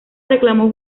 reclamó